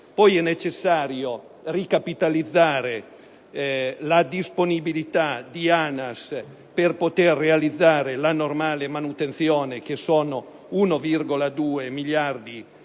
quindi necessario ricapitalizzare la disponibilità di ANAS per poter realizzare la normale manutenzione per 1,2 miliardi di euro,